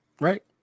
Right